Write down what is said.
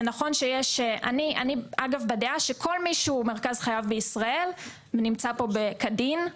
אני בדעה שכל מי שמרכז חייו בישראל נמצא כאן כדין.